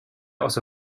also